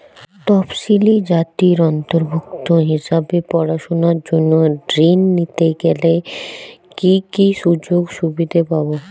তফসিলি জাতির অন্তর্ভুক্ত হিসাবে পড়াশুনার জন্য ঋণ নিতে গেলে কী কী সুযোগ সুবিধে পাব?